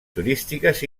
turístiques